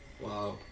Wow